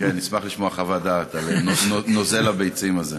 כן, נשמח לשמוע חוות דעת על נוזל הביצים הזה.